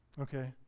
okay